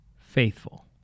faithful